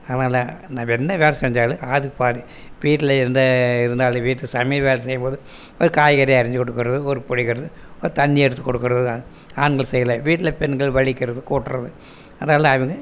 அதனால நம்ம என்ன வேலை செஞ்சாலும் ஆளுக்கு பாதி வீட்டில் என்ன இருந்தா இருந்தாலும் வீட்டில் சமையல் வேலை செய்யும் போது ஒரு காய்கறி அரிஞ்சு கொடுக்குறது ஒரு தண்ணி எடுத்து கொடுக்குறது ஆண்கள் சைடில் வீட்டில் பெண்கள் விளக்குறது கூட்டறது அதெல்லாம் அவங்க